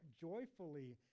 joyfully